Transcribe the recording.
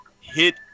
hit